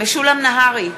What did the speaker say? משולם נהרי,